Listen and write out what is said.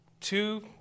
two